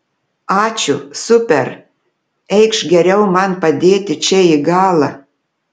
ačiū super eikš geriau man padėti čia į galą